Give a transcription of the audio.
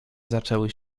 zaczęły